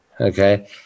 okay